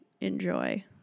enjoy